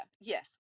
yes